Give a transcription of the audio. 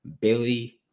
Billy